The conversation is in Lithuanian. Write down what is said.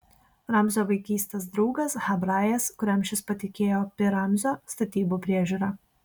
ramzio vaikystės draugas hebrajas kuriam šis patikėjo pi ramzio statybų priežiūrą